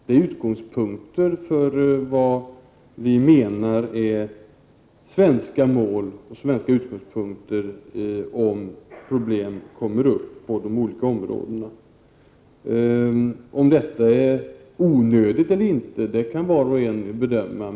Det vi framför är vad vi menar är svenska mål och utgångspunkter ifall problem kommer upp på de olika områdena. Om detta är onödigt eller inte kan var och en bedöma.